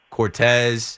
Cortez